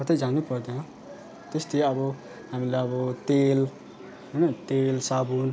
कतै जानै पर्दैन त्यस्तै अब हामीलाई अब तेल होइन तेल साबुन